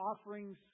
offerings